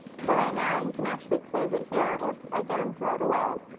so right now, you can actually close it here, or again, throw it away.